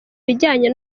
bijyanye